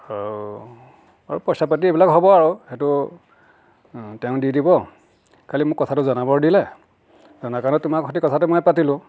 আৰু আৰু পইচা পাতি এইবিলাক হ'ব আৰু সেইটো তেওঁ দি দিব খালী মোক কথাটো জনাবৰ দিলে জনাৰ কাৰণে তোমাৰ সৈতে কথাটো মই পাতিলোঁ